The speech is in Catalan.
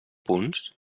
punts